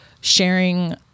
sharing